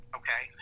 okay